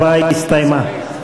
ההצבעה הסתיימה.